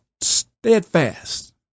steadfast